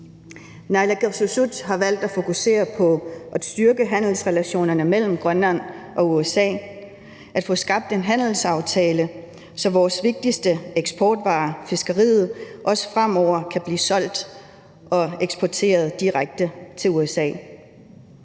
Naalakkersuisut har valgt at fokusere på at styrke handelsrelationerne mellem Grønland og USA og på at få skabt en handelsaftale, så vores vigtigste eksportvare, nemlig fiskeriet, også fremover kan blive solgt og eksporteret direkte til USA.